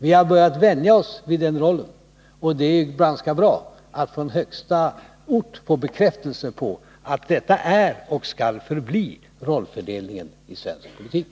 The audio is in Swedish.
Vi har börjat vänja oss vid den rollen, och det är ganska bra att från högsta ort få bekräftelse på att detta är och skall förbli rollfördelningen i svensk politik.